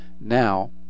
now